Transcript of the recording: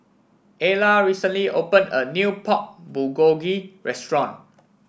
Ayla recently opened a new Pork Bulgogi Restaurant